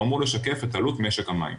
הוא אמור לשקף את עלות משק המים.